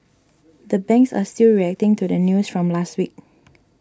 the banks are still reacting to the news from last week